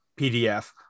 PDF